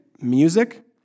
music